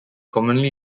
commonly